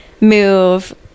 move